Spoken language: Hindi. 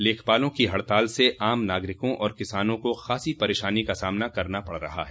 लेखपालों की हड़ताल से आम नागरिकों और किसानों को ख़ासी परेशानी का सामना करना पड़ रहा है